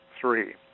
three